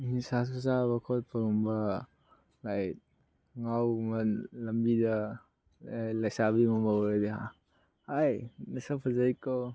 ꯅꯤꯁꯥꯁꯨ ꯆꯥꯕ ꯈꯣꯠꯄꯒꯨꯝꯕ ꯂꯥꯏꯛ ꯉꯥꯎꯕꯒꯨꯝꯕ ꯂꯝꯕꯤꯗ ꯂꯩꯁꯥꯕꯤꯒꯨꯝꯕ ꯎꯔꯗꯤ ꯍꯥꯏ ꯅꯁꯛ ꯐꯖꯩꯀꯣ